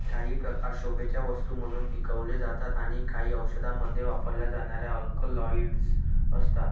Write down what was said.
काही प्रकार शोभेच्या वस्तू म्हणून पिकवले जातात आणि काही औषधांमध्ये वापरल्या जाणाऱ्या अल्कलॉइड्स असतात